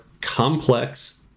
complex